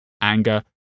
anger